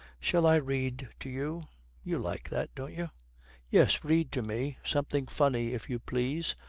shall i read to you you like that, don't you yes, read to me something funny, if you please.